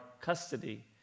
custody